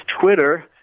Twitter